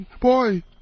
Boy